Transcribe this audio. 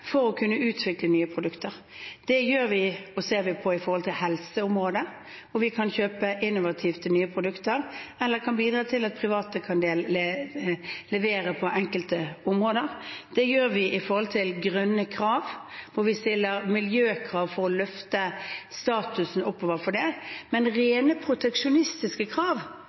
for å kunne utvikle nye produkter. Det gjør vi og ser vi på når det gjelder helseområdet, hvor vi kan kjøpe innovative, nye produkter eller bidra til at private kan levere på enkelte områder. Det gjør vi når det gjelder grønne krav, hvor vi stiller miljøkrav for å løfte statusen. Men rent proteksjonistiske krav mener vi ikke er riktig, for det